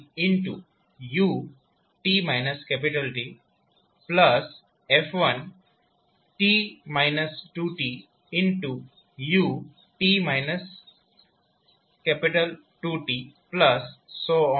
f1 f1 uf1 u